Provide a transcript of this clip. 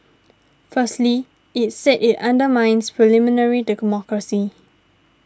firstly it said it undermines parliamentary democracy